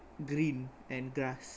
green and grass